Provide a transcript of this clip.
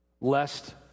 lest